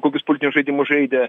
kokius politinius žaidimus žaidė